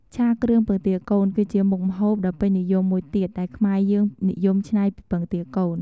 ឆាគ្រឿងពងទាកូន គឺជាមុខម្ហូបដ៏ពេញនិយមមួយទៀតដែលខ្មែរយើងនិយមច្នៃពីពងទាកូន។